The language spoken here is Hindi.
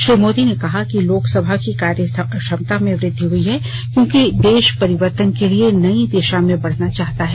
श्री मोदी ने कहा कि लोकसभा की कार्य क्षमता में वृद्वि हुई है क्योंकि देश परिवर्तन के लिए नई दिशा में बढना चाहता है